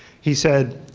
he said,